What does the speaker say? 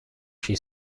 she